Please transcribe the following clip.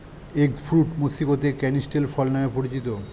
egg fruit মেক্সিকোতে canistel ফল নামে পরিচিত